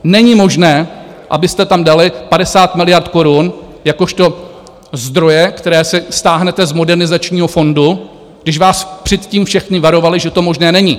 Není možné, abyste tam dali 50 miliard korun jakožto zdroje, které si stáhnete z Modernizačního fondu, když vás předtím všechny varovali, že to možné není.